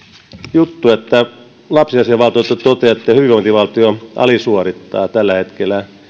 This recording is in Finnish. juttu että lapsiasiavaltuutettu toteaa että hyvinvointivaltio alisuorittaa tällä hetkellä